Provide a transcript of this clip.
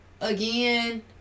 again